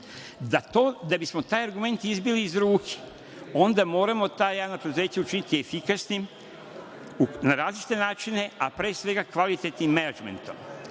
Da bismo taj argument izbili iz ruke, onda moramo ta javna preduzeća učiniti efikasnim na različite načine, a pre svega kvalitetnim menadžmentom.U